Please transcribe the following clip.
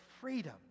freedom